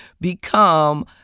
Become